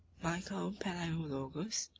michael palaeologus,